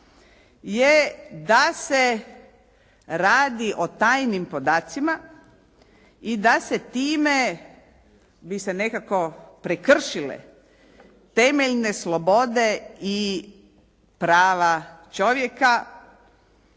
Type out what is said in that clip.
je da se radi o tajnim podacima i da se time, bi se nekako prekršile temeljne slobode i prava čovjeka,